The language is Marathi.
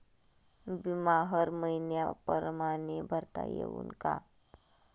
बिमा हर मइन्या परमाने भरता येऊन का?